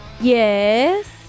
Yes